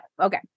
okay